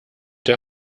der